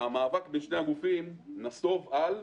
והמאבק בין שני הגופים נסוב על השאלה: